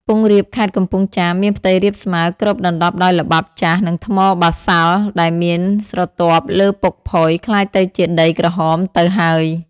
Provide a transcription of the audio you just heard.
ខ្ពង់រាបខេត្តកំពង់ចាមមានផ្ទៃរាបស្មើ គ្របដណ្តប់ដោយល្បាប់ ចាស់ និងថ្មបាសាល់ ដែលមានស្រទាប់លើពុកផុយ ក្លាយទៅជាដីក្រហមទៅ ហើយ ។